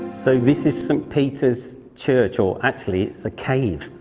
so this is st peter's church, or actually, it's a cave.